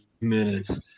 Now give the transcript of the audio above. minutes